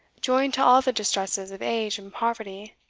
joined to all the distresses of age and poverty.